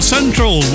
Central